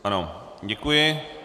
Ano, děkuji.